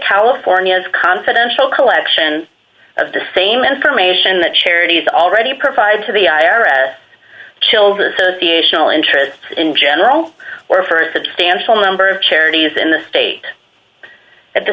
california is confidential collection of the same information the charities already provide to the i r s children association oil interests in general or for a substantial number of charities in the state at the